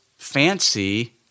Fancy